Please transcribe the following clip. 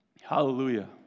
Hallelujah